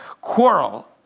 quarrel